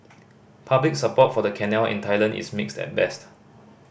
public support for the canal in Thailand is mixed at best